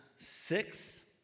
Six